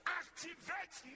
activate